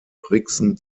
brixen